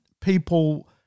people